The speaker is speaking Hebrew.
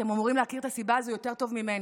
אתם אמורים להכיר את הסיבה הזאת יותר טוב ממני: